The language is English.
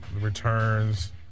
returns